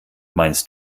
meinst